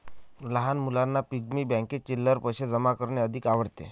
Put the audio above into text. लहान मुलांना पिग्गी बँकेत चिल्लर पैशे जमा करणे अधिक आवडते